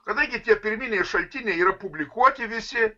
kadangi tie pirminiai šaltiniai yra publikuoti visi